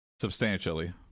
substantially